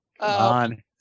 On